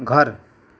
घर